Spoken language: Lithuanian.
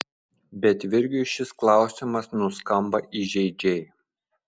bet virgiui šis klausimas nuskamba įžeidžiai